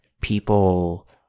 people